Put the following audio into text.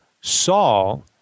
Saul